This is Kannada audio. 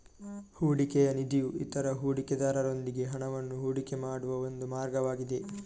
ಹೂಡಿಕೆಯ ನಿಧಿಯು ಇತರ ಹೂಡಿಕೆದಾರರೊಂದಿಗೆ ಹಣವನ್ನು ಹೂಡಿಕೆ ಮಾಡುವ ಒಂದು ಮಾರ್ಗವಾಗಿದೆ